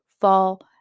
fall